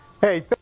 Hey